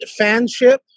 fanship